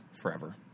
forever